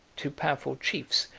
two powerful chiefs,